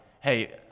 hey